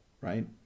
right